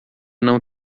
não